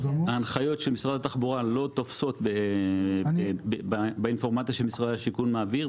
ההנחיות של משרד התחבורה לא תופסות באינפורמציה שמשרד השיכון מעביר,